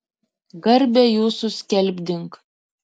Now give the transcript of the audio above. garbę jūsų skelbdink